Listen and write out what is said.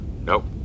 Nope